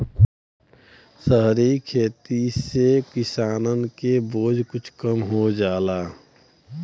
सहरी खेती से किसानन के बोझ कुछ कम हो जाला